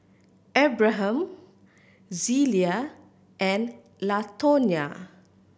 Abraham Zelia and Latonya